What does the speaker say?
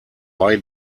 bei